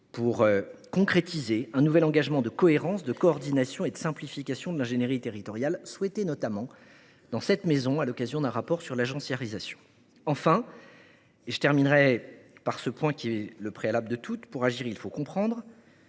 pour concrétiser un nouvel engagement de cohérence, de coordination et de simplification de l’ingénierie territoriale, souhaité notamment au Sénat à l’occasion d’un rapport sur l’agenciarisation. Enfin, et je terminerai par ce qui est le préalable de toutes nos actions : pour agir, il faut comprendre,